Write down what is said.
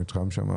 במתחם,